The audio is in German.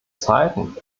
zeiten